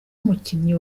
umukinnyi